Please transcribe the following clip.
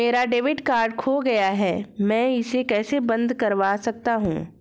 मेरा debit card खो गया है मैं इसे कैसे बंद करवा सकता हूँ?